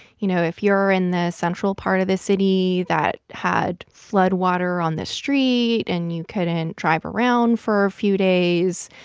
you know, if you're in the central part of this city that had flood water on the street and you couldn't drive around for a few days,